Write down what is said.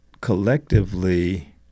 collectively